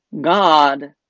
God